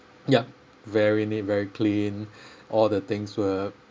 yup very neat very clean all the things were